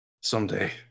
Someday